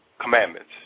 commandments